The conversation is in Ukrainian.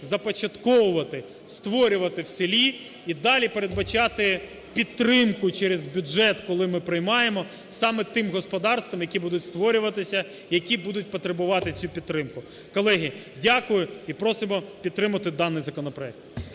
започатковувати, створювати в селі і далі передбачати підтримку через бюджет, коли ми приймаємо саме тим господарствам, які будуть створюватися, які будуть потребувати цю підтримку. Колеги, дякую. І просимо підтримати даний законопроект.